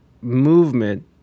movement